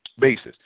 basis